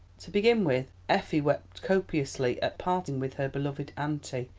to begin with, effie wept copiously at parting with her beloved auntie,